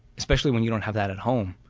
especially when you don't have that at home,